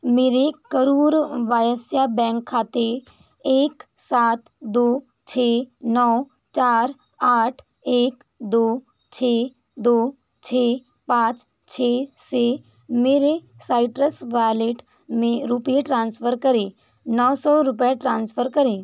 मेरे करूर वैश्य बैंक खाते एक सात दो छः नौ चार आठ एक दो छः दो छः पाँच छः से मेरे साइट्रस वॉलेट में रुपये ट्रांसफ़र करें नौ सौ रुपये ट्रांसफ़र करें